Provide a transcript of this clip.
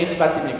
אני הצבעתי נגד.